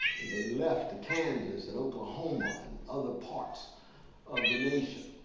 and they left to kansas, and oklahoma, and other parts of the nation.